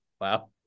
wow